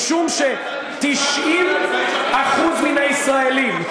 משום ש-90% מן הישראלים,